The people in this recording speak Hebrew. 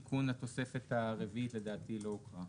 תיקון לתוספת הרביעית לדעתי לא הוקרא.